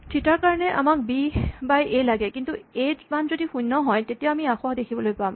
থিতা ৰ কাৰণে আমাক বি বাই এ লাগে কিন্তু যদি এ ৰ মান শূণ্য হয় তেতিয়া আমি আসোঁৱাহ দেখিবলৈ পাম